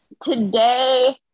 today